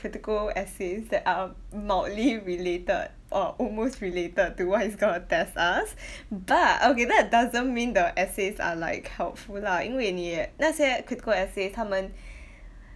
critical essays that are mildly related or almost related to what he's gonna test us bu~ okay that doesn't mean like the essays like are helpful lah 因为你也那些 critical essays 它们